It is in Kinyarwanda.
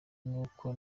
nuko